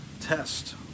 test